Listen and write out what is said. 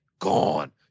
gone